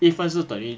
一分是等于